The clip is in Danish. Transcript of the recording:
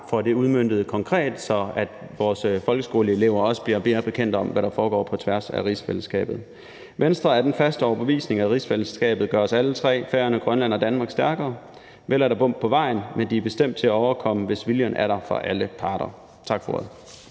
får det udmøntet konkret, så vores folkeskoleelever også bliver mere bekendt med, hvad der foregår på tværs af rigsfællesskabet. Venstre er af den faste overbevisning, at rigsfællesskabet gør os alle tre, Færøerne, Grønland og Danmark, stærkere. Vel er der bump på vejen, men de er bestemt til at overkomme, hvis viljen er der hos alle parter. Tak for ordet.